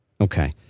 Okay